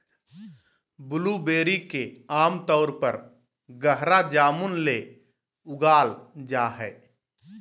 blueberry के आमतौर पर गहरा जामुन ले उगाल जा हइ